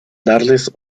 darles